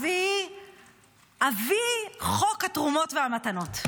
אבי חוק התרומות והמתנות.